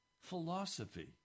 philosophy